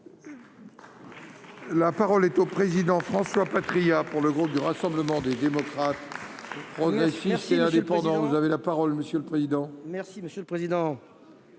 La parole est au président François Patriat pour le groupe du Rassemblement des démocrates. On Aspire si l'indépendance, vous avez la parole monsieur le président,